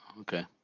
Okay